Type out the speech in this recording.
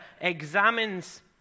examines